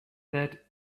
that